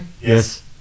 Yes